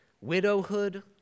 widowhood